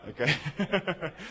Okay